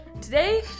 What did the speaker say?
Today